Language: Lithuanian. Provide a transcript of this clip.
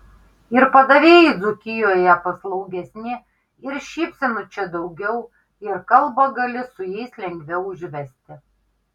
ir padavėjai dzūkijoje paslaugesni ir šypsenų čia daugiau ir kalbą gali su jais lengviau užvesti